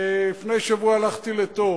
לפני שבוע הלכתי לתור.